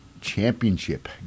Championship